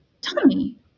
Tommy